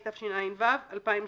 התשע"ו-2016.